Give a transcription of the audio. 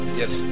yes